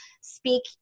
speak